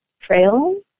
trail